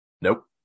Nope